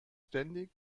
ständig